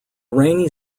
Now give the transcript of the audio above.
rainy